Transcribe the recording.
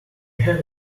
have